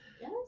Yes